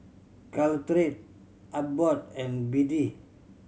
Caltrate Abbott and B D